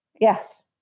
Yes